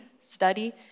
study